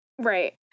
Right